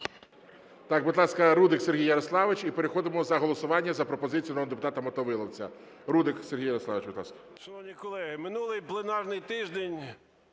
Будь ласка, Рудик Сергій Ярославович, і переходимо до голосування за пропозицію народного депутата Мотовиловця. Рудик Сергій Ярославович, будь ласка.